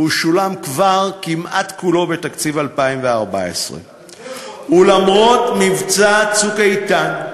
והוא שולם כבר כמעט כולו בתקציב 2014. ולמרות מבצע "צוק איתן",